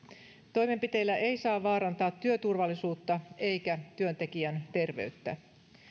toimenpiteillä ei saa vaarantaa työturvallisuutta eikä työntekijän terveyttä